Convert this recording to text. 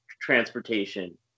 transportation